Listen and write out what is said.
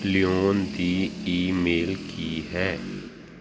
Leone ਦੀ email ਕੀ ਹੈ